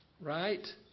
right